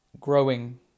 Growing